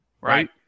right